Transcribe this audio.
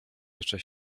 jeszcze